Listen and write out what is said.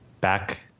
back